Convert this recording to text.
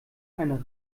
eine